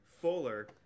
fuller